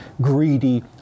greedy